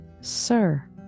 Sir